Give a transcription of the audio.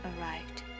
arrived